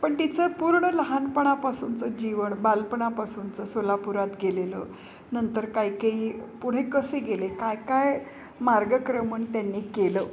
पण तिचं पूर्ण लहानपणापासूनचं जीवन बालपणापासूनचं सोलापुरात गेलेलं नंतर काय काय पुढे कसे गेले काय काही मार्गक्रमण त्यांनी केलं